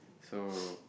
so